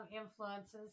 influences